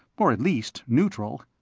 or at least neutral.